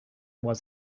was